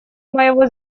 моего